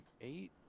eight